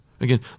Again